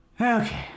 Okay